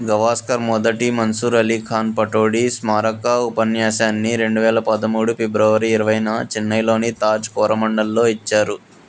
గవాస్కర్ మొదటి మన్సూర్ అలీ ఖాన్ పటౌడీ స్మారక ఉపన్యాసాన్ని రెండు వేల పదమూడు ఫిబ్రవరి ఇరవైన చెన్నైలోని తాజ్ కోరమాండల్లో ఇచ్చారు